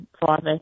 father